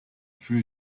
für